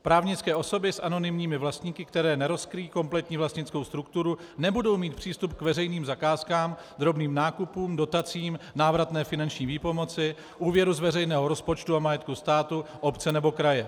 Právnické osoby s anonymními vlastníky, které nerozkryjí kompletní vlastnickou strukturu, nebudou mít přístup k veřejným zakázkám, drobným nákupům, dotacím, návratné finanční výpomoci, úvěru z veřejného rozpočtu a majetku státu, obce nebo kraje.